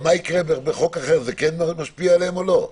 מה יקרה בחוק אחר, זה כן משפיע עליהם או לא?